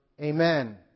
Amen